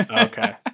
Okay